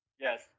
Yes